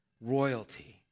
royalty